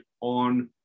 on